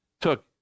took